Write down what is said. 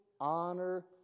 honor